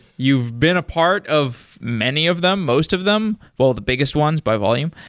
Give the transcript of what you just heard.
you've been a part of many of them, most of them, well, the biggest ones by volume.